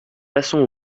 passons